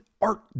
art